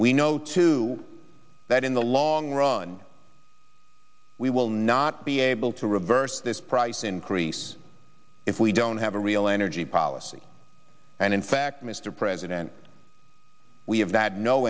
we know too that in the long run we will not be able to reverse this price increase if we don't have a real energy policy and in fact mr president we have that no